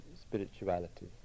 spirituality